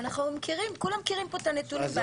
כולם מכירים פה את הנתונים בעל פה.